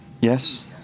Yes